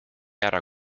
ära